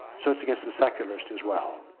so it is against the secularists as well.